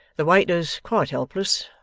the waiter's quite helpless.